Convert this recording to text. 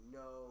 no